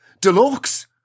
Deluxe